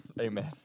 Amen